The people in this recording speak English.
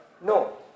No